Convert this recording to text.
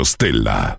Stella